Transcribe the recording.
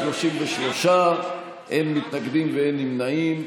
כך, 33, אין מתנגדים ואין נמנעים.